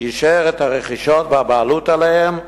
אישר את הרכישות והבעלות עליהם,